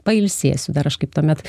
pailsėsiu dar aš kaip tuomet